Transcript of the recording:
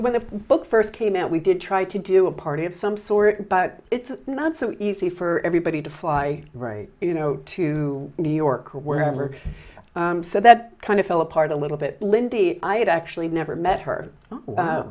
when the book first came out we did try to do a party of some sort but it's not so easy for everybody to fly right you know to new york or wherever so that kind of fell apart a little bit lindy i had actually never met her